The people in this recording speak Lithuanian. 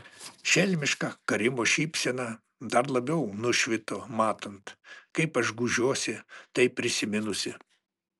šelmiška karimo šypsena dar labiau nušvito matant kaip aš gūžiuosi tai prisiminusi